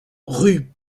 rue